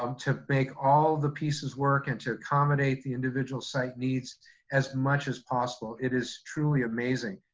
um to make all the pieces work and to accommodate the individual site needs as much as possible, it is truly amazing.